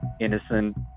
innocent